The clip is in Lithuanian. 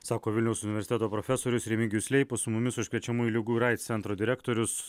sako vilniaus universiteto profesorius remigijus leipus su mumis užkrečiamųjų ligų ir aids centro direktorius